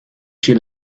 she